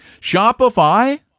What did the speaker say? Shopify